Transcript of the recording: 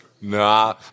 Nah